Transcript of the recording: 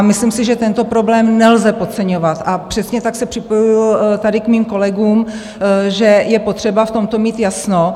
Myslím si, že tento problém nelze podceňovat, a přesně tak se připojuji tady k mým kolegům, že je potřeba v tomto mít jasno.